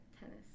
tennis